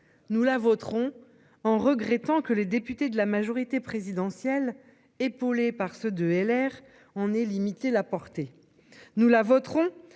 nous la voterons en regrettant que les députés de la majorité présidentielle, épaulés par ceux de LR. On est limité la portée. Nous la voterons